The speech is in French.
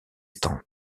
stands